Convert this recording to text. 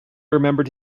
remembered